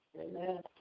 Amen